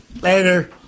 Later